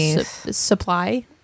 supply